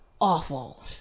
awful